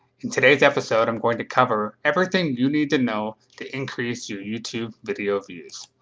today's episode i'm going to cover everything you need to know to increase your youtube video views.